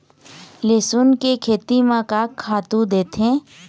लेसुन के खेती म का खातू देथे?